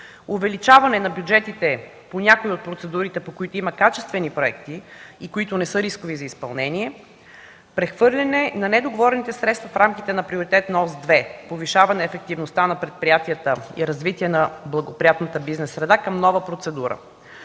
увеличаване на бюджетите по някои от процедурите, по които има качествени проекти и които не са рискови за изпълнение, прехвърляне на недоговорените средства в рамките на Приоритетна ос-2 „Повишаване ефективността на предприятията и развитие на благоприятната бизнессреда” към нова процедура,